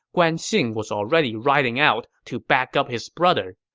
guan xing was already riding out to back up his brother.